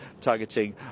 targeting